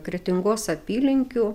kretingos apylinkių